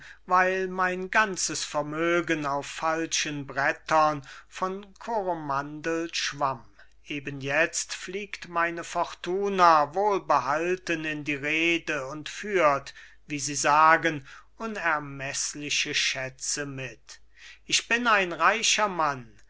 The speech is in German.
weil mein ganzes vermögen auf falschen brettern von koromandel schwamm eben jetzt fliegt meine fortuna wohlbehalten in die reede und führt wie sie sagen unermeßliche schätze mit ich bin ein reicher mann